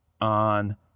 on